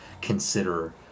consider